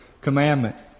commandment